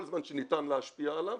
כל זמן שניתן להשפיע עליו,